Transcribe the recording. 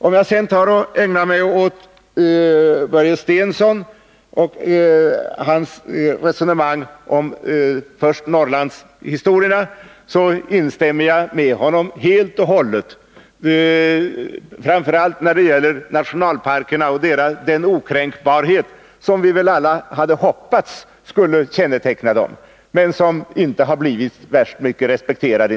Om jag sedan ägnar mig åt Börje Stenssons resonemang om Norrlandsfrågorna så instämmer jag helt och hållet med honom, framför allt när det gäller nationalparkerna och den okränkbarhet som vi hade hoppats skulle känneteckna dem, men som inte blivit så värst mycket respekterad.